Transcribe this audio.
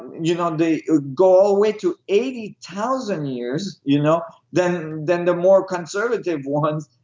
you know they go away to eighty thousand years you know than than the more conservative ones